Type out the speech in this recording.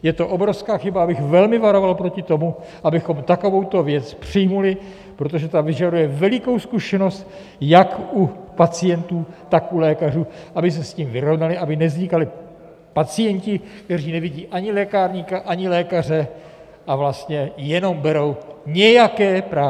Je to obrovská chyba a já bych velmi varoval před tím, abychom takovouto věc přijali, protože ta vyžaduje velikou zkušenost jak u pacientů, tak u lékařů, aby se s tím vyrovnali, aby nevznikali pacienti, kteří nevidí ani lékárníka, ani lékaře a vlastně jenom berou nějaké prášky.